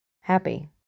happy